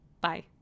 Bye